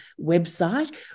website